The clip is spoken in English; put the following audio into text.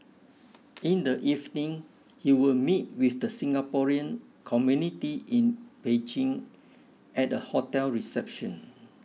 in the evening he will meet with the Singaporean community in Beijing at a hotel reception